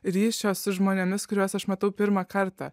ryšio su žmonėmis kuriuos aš matau pirmą kartą